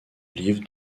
livre